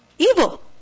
evil